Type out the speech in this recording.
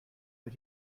but